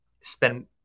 spend